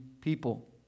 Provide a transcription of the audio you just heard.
people